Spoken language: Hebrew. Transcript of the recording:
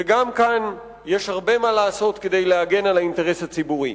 וגם כאן יש הרבה מה לעשות כדי להגן על האינטרס הציבורי.